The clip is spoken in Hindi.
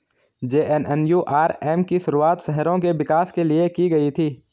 जे.एन.एन.यू.आर.एम की शुरुआत शहरों के विकास के लिए की गई थी